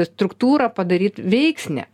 struktūrą padaryt veiksnią